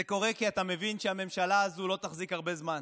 זה קורה כי אתה מבין שהממשלה הזו לא תחזיק הרבה זמן,